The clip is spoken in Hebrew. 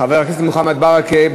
חבר הכנסת מוחמד ברכה,